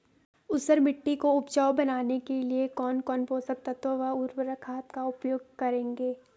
ऊसर मिट्टी को उपजाऊ बनाने के लिए कौन कौन पोषक तत्वों व उर्वरक खाद का उपयोग करेंगे?